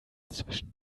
zwischen